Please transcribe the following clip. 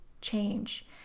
change